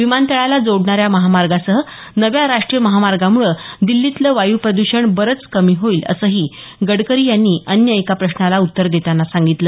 विमानतळाला जोडणाऱ्या महामार्गांसह नव्या राष्ट्रीय महामार्गांमुळे दिछीतलं वायू प्रद्षण बरंच कमी होईल असं गडकरी यांनी अन्य एका प्रश्नाला उत्तर देताना सांगितलं